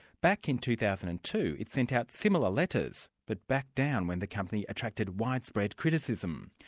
back in two thousand and two it sent out similar letters, but backed down when the company attracted widespread criticism.